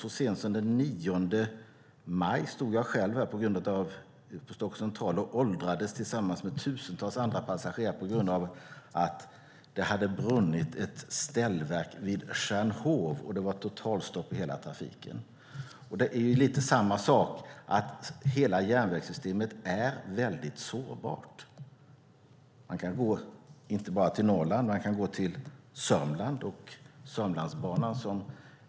Så sent som den 8 maj stod jag själv på Stockholms central och åldrades tillsammans med tusentals andra passagerare på grund av att det hade brunnit ett ställverk vid Stjärnhov och det var totalstopp i hela trafiken. Det är lite samma sak. Hela järnvägssystemet är väldigt sårbart. Man kan gå inte bara till Norrland utan till Sörmland.